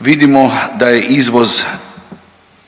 Vidimo da je izvoz